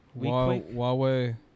Huawei